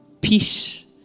Peace